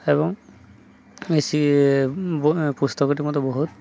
ଏବଂ ମିଶି ପୁସ୍ତକଟି ମତେ ବହୁତ